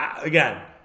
again